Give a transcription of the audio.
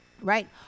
Right